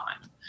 time